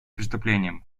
преступлением